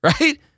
right